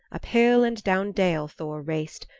up hill and down dale thor raced,